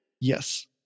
Yes